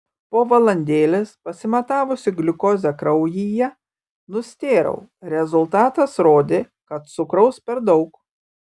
po valandėlės pasimatavusi gliukozę kraujyje nustėrau rezultatas rodė kad cukraus per daug